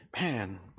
man